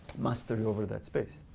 master over that space.